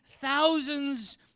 thousands